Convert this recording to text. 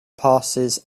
passes